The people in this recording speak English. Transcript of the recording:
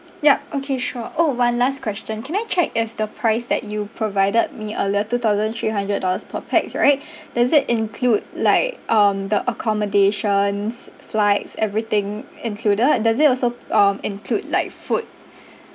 yup okay sure !ow! one last question can I check if the price that you provided me earlier two thousand three hundred dollars per pax right is it include like um the accommodations flights everything included does it also um include like food